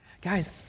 Guys